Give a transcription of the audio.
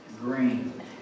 green